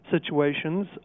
situations